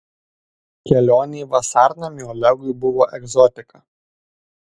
kelionė į vasarnamį olegui buvo egzotika